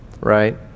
right